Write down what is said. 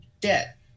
debt